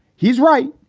he's right.